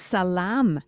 Salam